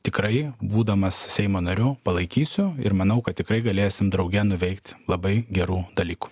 tikrai būdamas seimo nariu palaikysiu ir manau kad tikrai galėsim drauge nuveikt labai gerų dalykų